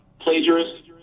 Plagiarist